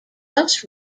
bus